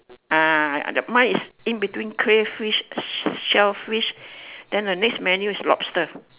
ah the mine is in between crayfish and shellfish then the next menu is lobster